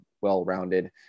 well-rounded